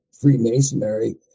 Freemasonry